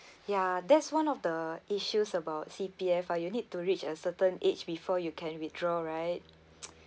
ya that's one of the issues about C_P_F ah you need to reach a certain age before you can withdraw right